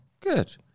Good